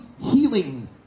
healing